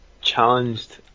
challenged